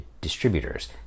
distributors